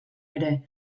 ere